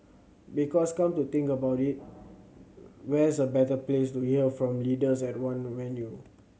because come to think about it where's a better place to hear from leaders at one venue